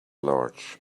large